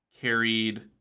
carried